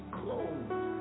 clothes